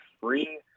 free